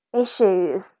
issues